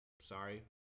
sorry